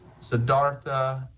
Siddhartha